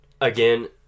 Again